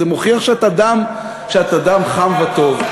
זה מוכיח שאת אדם חם וטוב.